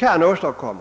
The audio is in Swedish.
har.